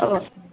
okay